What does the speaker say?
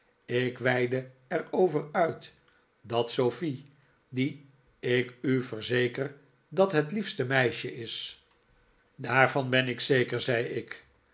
ik weidde er over uit dat sofie die ik u verzeker dat het liefste meisje is daarvan ben ik zeker zei ik